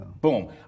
Boom